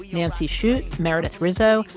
nancy shute, meredith rizzo,